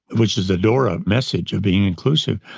which is the dora message of being inclusive,